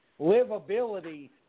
livability